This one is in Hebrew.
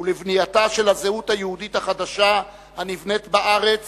ולבנייתה של הזהות היהודית החדשה הנבנית בארץ